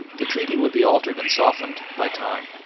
the treaty would be altered and softened by time.